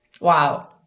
Wow